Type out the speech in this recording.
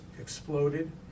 exploded